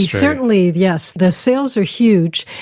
certainly yes, the sales are huge.